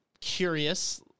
curious